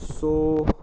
so